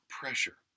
pressure